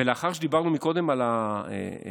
ולאחר שדיברנו קודם על ההתנגדות,